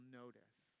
notice